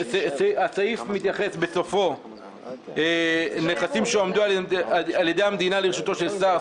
הסעיף מתייחס בסופו לנכסים שהועמדו על ידי המדינה לרשותו של שר,